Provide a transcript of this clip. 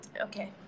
okay